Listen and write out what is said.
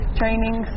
training